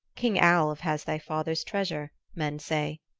king alv has thy father's treasure, men say,